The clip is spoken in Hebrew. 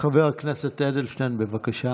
חבר הכנסת אדלשטיין, בבקשה.